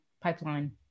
pipeline